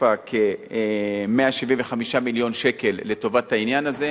הוסיפה כ-175 מיליון שקל לטובת העניין הזה,